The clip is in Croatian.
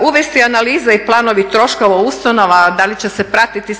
uvesti analize i planovi troškova ustanova, da li će se pratiti